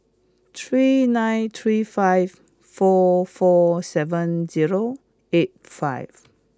three nine three five four four seven zero eight five